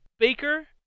Baker